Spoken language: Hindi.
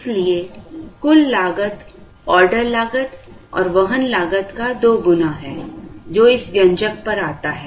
इसलिए कुल लागत ऑर्डर लागत और वहन लागत का 2 गुना है जो इस व्यंजक पर आता है